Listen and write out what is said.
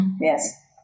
yes